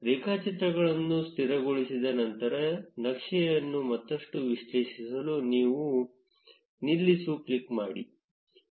ರೇಖಾಚಿತ್ರವನ್ನು ಸ್ಥಿರಗೊಳಿಸಿದ ನಂತರ ನಕ್ಷೆಯನ್ನು ಮತ್ತಷ್ಟು ವಿಶ್ಲೇಷಿಸಲು ನಿಲ್ಲಿಸು ಕ್ಲಿಕ್ ಮಾಡಿ